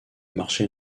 marché